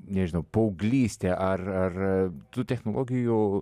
nežinau paauglystė ar ar tų technologijų